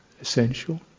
essential